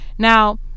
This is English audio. Now